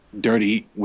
Dirty